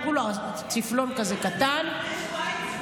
הוא כולו צפלון כזה קטן איפה נשמעו דברים כאלה?